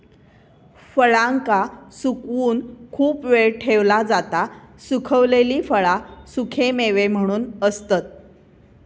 फळांका सुकवून खूप वेळ ठेवला जाता सुखवलेली फळा सुखेमेवे म्हणून असतत